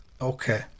Okay